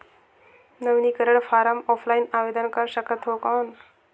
नवीनीकरण form offline आवेदन कर सकत हो कौन?